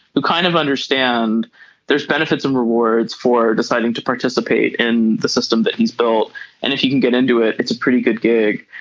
kind of understand there's benefits and rewards for deciding to participate in the system that he's built. and if you can get into it it's a pretty good gig.